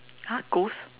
!huh! ghost